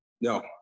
No